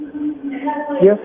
Yes